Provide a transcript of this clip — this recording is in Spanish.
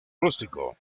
rústico